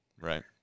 Right